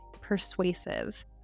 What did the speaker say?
persuasive